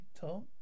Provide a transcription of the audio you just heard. Tom